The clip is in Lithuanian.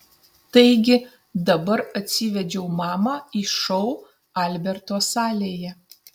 taigi dabar atsivedžiau mamą į šou alberto salėje